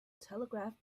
telegraph